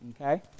Okay